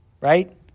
right